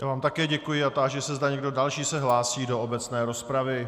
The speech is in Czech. Já vám také děkuji a táži se, zda někdo další se hlásí do obecné rozpravy.